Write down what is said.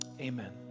Amen